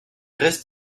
restes